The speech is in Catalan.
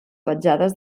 petjades